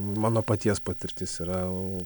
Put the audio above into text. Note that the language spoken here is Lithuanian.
mano paties patirtis yra